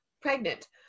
pregnant